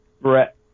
Brett